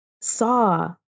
saw